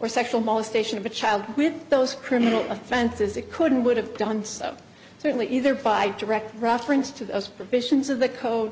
or sexual molestation of a child with those criminal offenses it couldn't would have done so certainly either by direct reference to those provisions of the code